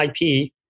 IP